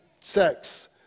sex